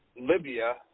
Libya